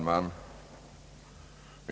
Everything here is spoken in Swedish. Herr talman!